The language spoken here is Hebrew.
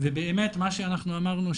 ובאמת מה שאנחנו אמרנו,